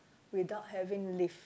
without having live